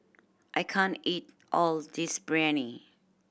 I can't eat all this Biryani